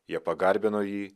jie pagarbino jį